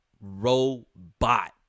robot